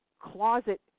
closet